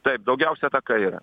taip daugiausia takai yra